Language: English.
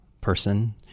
person